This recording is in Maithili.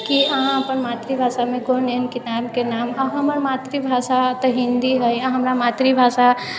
कि अहाँ अपन मातृभाषामे कोनो एहन किताबके नाम आओर हमर मातृभाषा तऽ हिन्दी हइ हमर मातृभाषा